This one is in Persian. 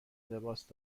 لباس